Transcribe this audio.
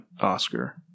Oscar